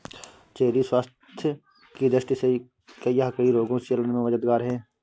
cherry स्वास्थ्य की दृष्टि से यह कई रोगों से लड़ने में मददगार है